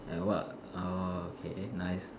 and what orh okay eh nice